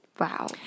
Wow